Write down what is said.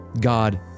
God